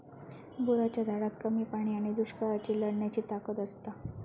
बोराच्या झाडात कमी पाणी आणि दुष्काळाशी लढण्याची ताकद असता